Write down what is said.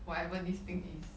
whatever this thing is